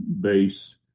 base